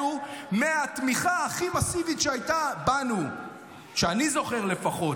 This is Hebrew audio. מהתמיכה הכי מסיבית שהייתה בנו שאני זוכר לפחות,